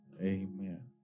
Amen